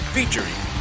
Featuring